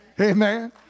amen